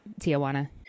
Tijuana